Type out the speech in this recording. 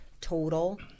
total